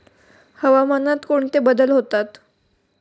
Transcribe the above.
हवामानात कोणते बदल होतात?